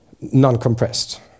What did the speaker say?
non-compressed